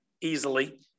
easily